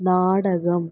നാടകം